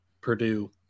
Purdue